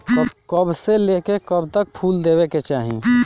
कब से लेके कब तक फुल देवे के चाही?